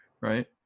right